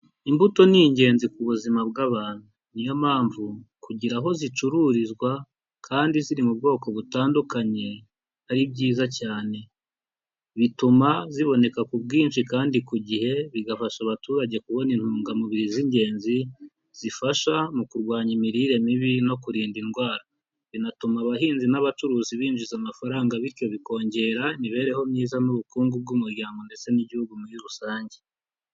Imbuto ni ingenzi ku buzima bw'abantu ni yo mpamvu kugira aho zicururizwa kandi ziri mu bwoko butandukanye ari byiza cyane, bituma ziboneka ku bwinshi kandi ku gihe bigafasha abaturage kubona intungamubiri z'ingenzi zifasha mu kurwanya imirire mibi no kurinda indwara. Binatuma abahinzi n'abacuruzi binjiza amafaranga, bityo bikongera imibereho myiza n'ubukungu bw'umuryango ndetse n'igihugu muri rusange.